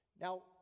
Now